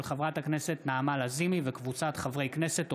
של חברת הכנסת נעמה לזימי וקבוצת חברי הכנסת.